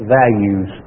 values